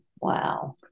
Wow